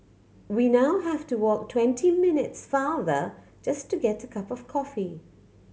we now have to walk twenty minutes farther just to get a cup of coffee